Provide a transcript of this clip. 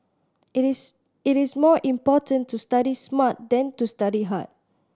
it is it is more important to study smart than to study hard